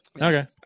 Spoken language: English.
Okay